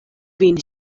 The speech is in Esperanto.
vin